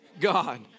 God